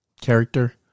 character